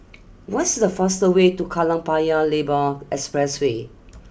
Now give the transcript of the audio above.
what's the fastest way to Kallang Paya Lebar Expressway